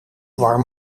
warm